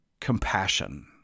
compassion